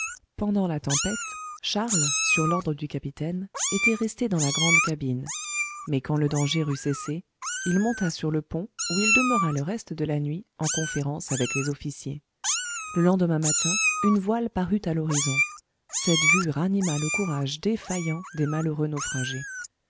pendant la tempête charles sur l'ordre du capitaine était resté dans la grande cabine mais quand le danger eut cessé il monta sur le pont où il demeura le reste de la nuit en conférence avec les officiers le lendemain matin une voile parut à l'horizon cette vue ranima le courage défaillant des malheureux naufragés